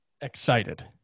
Excited